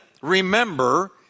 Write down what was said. remember